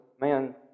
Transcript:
man